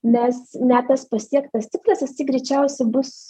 nes net tas pasiektas tikslas jisai greičiausiai bus